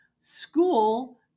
school